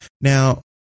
Now